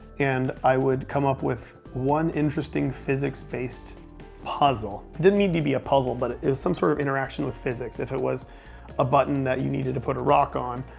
and i would come up with one interesting physics-based puzzle. didn't need to be a puzzle, but it was some sort of interaction with physics. if it was a button that you needed to put a rock on,